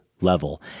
level